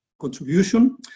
contribution